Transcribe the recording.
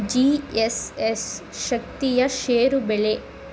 G S S ಶಕ್ತಿಯ ಷೇರು ಬೆಲೆ